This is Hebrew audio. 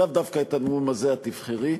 שלאו דווקא את הנאום הזה תבחרי,